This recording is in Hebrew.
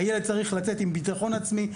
הילד צריך לצאת עם ביטחון עצמי,